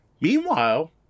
Meanwhile